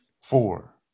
four